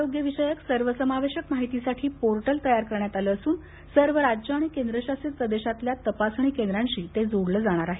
आरोग्य विषयक सर्वसमावेशक माहितीसाठी पोर्टल तयार करण्यात आलं असुन सर्व राज्य आणि केंद्र शासित प्रदेशांमधल्या तपासणी केंद्रांशी ते जोडलं जाणार आहे